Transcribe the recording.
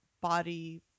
body